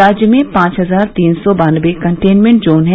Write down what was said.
राज्य में पांच हजार तीन सौ बान्नबे कन्टनेमेंट जोन हैं